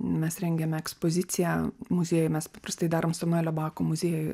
mes rengiame ekspoziciją muziejuj mes paprastai darom samuelio bako muziejuj